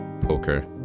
poker